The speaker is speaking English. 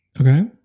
Okay